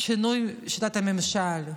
שינוי שיטת הממשל,